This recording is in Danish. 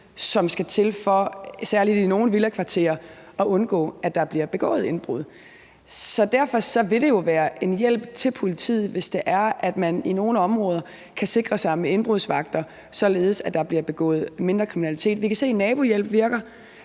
som skal til for særlig i nogle villakvarterer at undgå, at der bliver begået indbrud. Så derfor vil det jo være en hjælp til politiet, hvis det er, at man i nogle områder kan sikre sig med indbrudsvagter, således at der bliver begået mindre kriminalitet. Vi kan se, at nabohjælp virker.